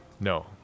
no